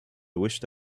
wished